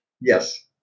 Yes